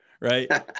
right